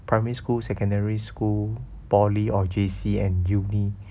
primary school secondary school polytechnic or J_C and university